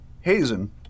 Hazen